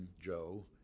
Joe